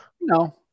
No